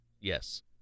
Yes